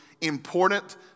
important